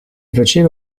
faceva